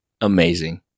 amazing